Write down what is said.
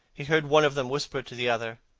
he heard one of them whisper to the other,